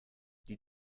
die